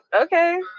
Okay